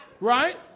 Right